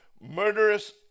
murderous